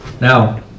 Now